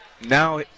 now